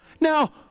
Now